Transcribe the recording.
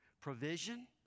Provision